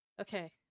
Okay